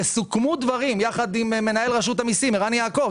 וסוכמו דברים יחד עם מנהל רשות המיסים ערן יעקב,